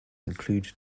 include